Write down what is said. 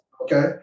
okay